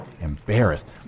embarrassed